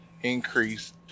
increase